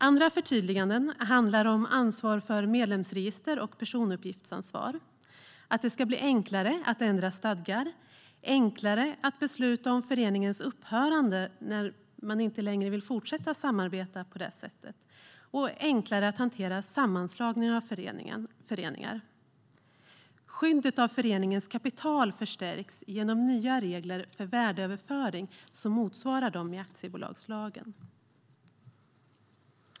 Andra förtydliganden handlar om ansvar för medlemsregister och personuppgiftsansvar. Det ska också bli enklare att ändra stadgar och att besluta om föreningens upphörande när man inte längre vill samarbeta på detta sätt. Det ska även bli enklare att hantera sammanslagning av föreningar. Skyddet av föreningens kapital förstärks genom nya regler för värdeöverföring, som motsvarar de i aktiebolagslagen.